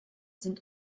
sind